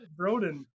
Broden